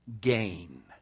gain